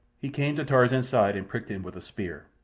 he came to tarzan's side and pricked him with a spear.